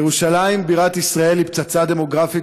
ירושלים בירת ישראל היא פצצה דמוגרפית